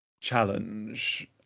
challenge